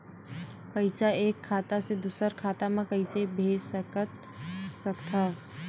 पईसा एक खाता से दुसर खाता मा कइसे कैसे भेज सकथव?